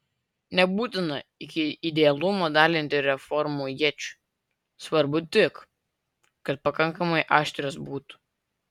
nebūtina iki idealumo dailinti reformų iečių svarbu tik kad pakankamai aštrios būtų